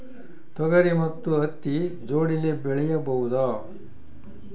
ತೊಗರಿ ಮತ್ತು ಹತ್ತಿ ಜೋಡಿಲೇ ಬೆಳೆಯಬಹುದಾ?